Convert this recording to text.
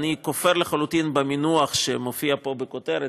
אני כופר לחלוטין במינוח שמופיע פה בכותרת.